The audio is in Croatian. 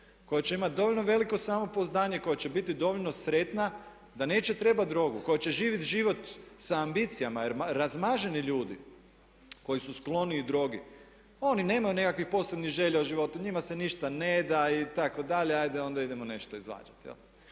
koja će imati dovoljno veliko samopouzdanje, koja će biti dovoljno sretna da neće trebati drogu, koja će živjeti život sa ambicijama jer razmaženi ljudi koji su skloniji drogi, oni nemaju nekakvih posebnih želja u životu, njima se ništa neda, itd., ajde onda idemo nešto izvađati.